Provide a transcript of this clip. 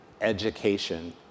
education